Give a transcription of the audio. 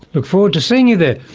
look forward to seeing you there.